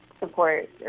support